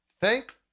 Thank